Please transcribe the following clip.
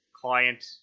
client